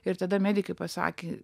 ir tada medikai pasakė